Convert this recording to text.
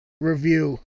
review